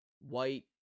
white